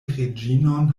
reĝinon